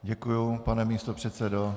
Děkuji, pane místopředsedo.